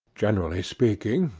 generally speaking,